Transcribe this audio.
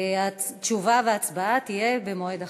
תשובה והצבעה יהיו במועד אחר.